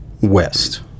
west